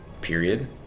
period